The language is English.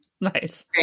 nice